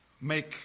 make